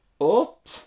up